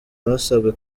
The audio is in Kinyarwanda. basabwe